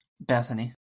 Bethany